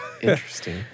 interesting